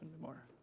anymore